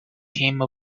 came